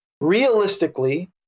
realistically